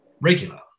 regular